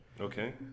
Okay